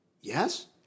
Yes